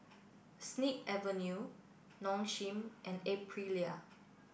Snip Avenue Nong Shim and Aprilia